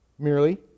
merely